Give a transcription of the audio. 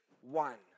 one